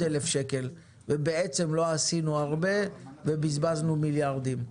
1,000 שקל ובעצם לא עשינו הרבה ובזבזנו מיליארדים.